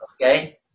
Okay